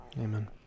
Amen